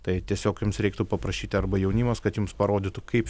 tai tiesiog jums reiktų paprašyti arba jaunimas kad jums parodytų kaip